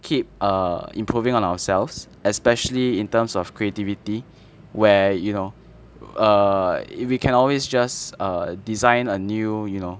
keep err improving on ourselves especially in terms of creativity where you know err if you can always just err design a new you know